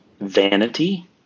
Vanity